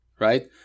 right